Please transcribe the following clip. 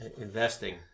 investing